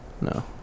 no